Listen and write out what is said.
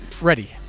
ready